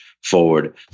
forward